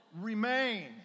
remain